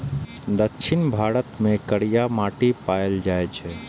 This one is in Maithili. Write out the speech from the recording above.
दक्षिण भारत मे करिया माटि पाएल जाइ छै